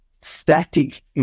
static